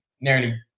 nearly